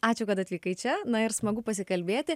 ačiū kad atvykai čia na ir smagu pasikalbėti